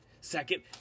Second